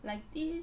like this